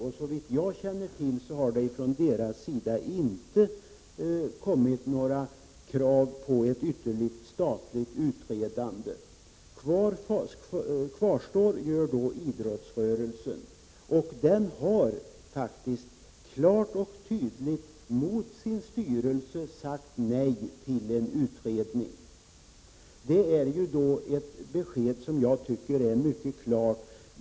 Såvitt jag känner till har man från deras sida inte kommit med några krav på något ytterligare statligt utredande. Då kvarstår frågan om idrottsrörelsen. Den har faktiskt klart och tydligt, mot sin styrelses uppfattning, sagt nej till en utredning. Detta är ett besked som är mycket klart.